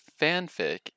fanfic